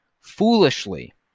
Foolishly